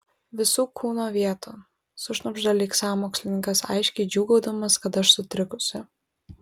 visų kūno vietų sušnabžda lyg sąmokslininkas aiškiai džiūgaudamas kad aš sutrikusi